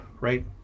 right